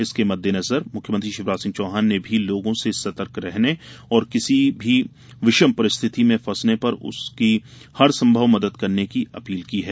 इसके मद्देनजर मुख्यमंत्री शिवराज सिंह चौहान ने भी लोगों से सतर्क रहने और किसी के विषम परिस्थिति में फंसने पर उसकी हर संभव मदद करने की अपील की है